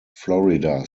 florida